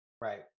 Right